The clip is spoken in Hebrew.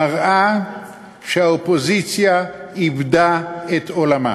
מראה שהאופוזיציה איבדה את עולמה.